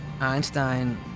Einstein